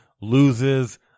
loses